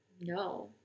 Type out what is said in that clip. No